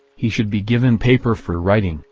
he should be given paper for writing,